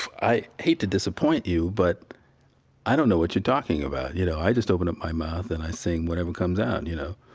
i hate to disappoint you, but i don't know what you are talking about. you know, i just open up my mouth and i sing whatever comes out, you know,